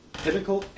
Typical